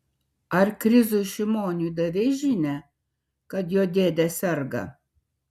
ar krizui šimoniui davei žinią kad jo dėdė serga